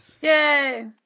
Yay